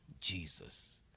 Jesus